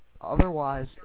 otherwise